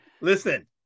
Listen